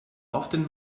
often